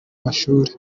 mashuri